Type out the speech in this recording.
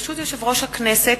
ברשות יושב-ראש הכנסת,